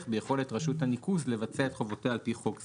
ביכולת רשות הניקוז לבצע את חובותיה על פי חוק זה.